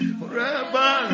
forever